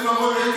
אוי ואבוי,